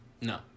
No